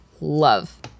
love